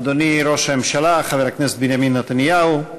אדוני ראש הממשלה חבר הכנסת בנימין נתניהו,